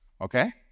Okay